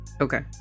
okay